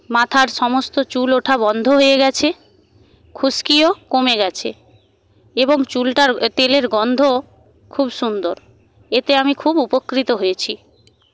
মাথার সমস্ত চুল ওঠা বন্ধ হয়ে গেছে খুশকিও কমে গেছে এবং চুলটা তেলের গন্ধ সুন্দর এতে আমি খুব উপকৃত হয়েছি